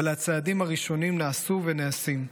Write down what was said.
אבל הצעדים הראשונים נעשו ונעשים,